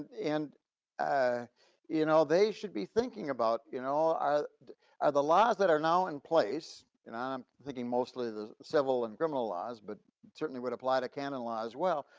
and ah ah they should be thinking about you know are the laws that are now in place, and i'm thinking mostly the civil and criminal laws, but certainly would apply to canon law as well.